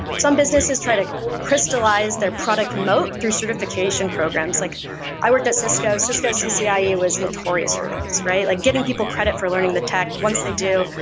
some businesses try to crystallize their product moat through certification programs. like i worked at cisco. cisco cciea was notorious for this, right? like giving people credit for learning the tech. once they do,